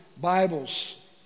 Bibles